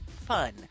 fun